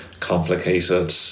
complicated